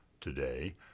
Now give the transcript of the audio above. Today